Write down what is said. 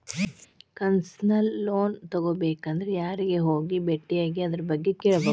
Concessional loan ತಗೊಬೇಕಂದ್ರ ಯಾರಿಗೆ ಹೋಗಿ ಬೆಟ್ಟಿಯಾಗಿ ಅದರ್ಬಗ್ಗೆ ಕೇಳ್ಬೇಕು?